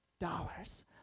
dollars